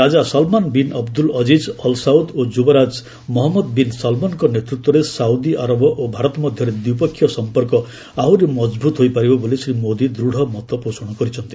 ରାଜା Salman bin Abdul Aziz Al Saud ଓ ଯୁବରାଜ Mohammed bin ସଲମନଙ୍କ ନେତୃତ୍ୱରେ ସାଉଦି ଆରବ ଓ ଭାରତ ମଧ୍ୟରେ ଦ୍ୱିପକ୍ଷିୟ ସମ୍ପର୍କ ଆହୁରି ମଜବୁତ ହୋଇ ପାରିବ ବୋଲି ଶ୍ରୀ ମୋଦୀ ଦୃଢ଼ ମତ ପୋଷଣ କରିଛନ୍ତି